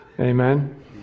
Amen